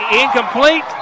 Incomplete